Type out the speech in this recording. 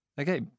okay